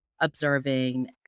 observing